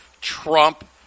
Trump